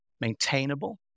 maintainable